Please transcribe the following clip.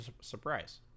surprise